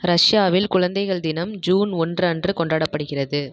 ரஷ்யாவில் குழந்தைகள் தினம் ஜூன் ஒன்று அன்று கொண்டாடப்படுகிறது